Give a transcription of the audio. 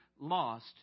lost